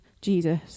Jesus